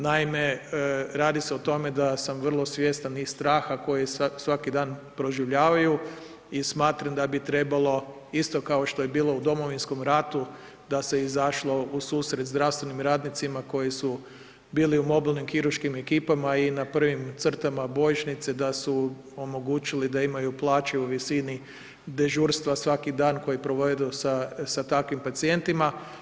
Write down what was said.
Naime, radi se o tome da sam vrlo svjestan i straha koji svaki dan proživljavaju i smatram da bi trebalo isto kao što je bilo u Domovinskom ratu da se izašlo ususret zdravstvenim radnicima koji su bili u mobilnim kirurškim ekipama i na prvim crtama bojišnice da su omogućili da imaju plaće u visini dežurstva svaki dan koji provedu sa takvim pacijentima.